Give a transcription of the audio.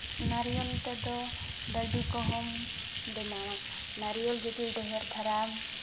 ᱱᱟᱨᱤᱠᱮᱞ ᱛᱮᱫᱚ ᱞᱟᱹᱰᱩ ᱠᱚᱦᱚᱢ ᱵᱮᱱᱟᱣᱟ ᱱᱟᱨᱤᱭᱮᱞ ᱡᱩᱫᱤ ᱰᱮᱦᱮᱨ ᱫᱷᱟᱨᱟᱢ